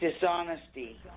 Dishonesty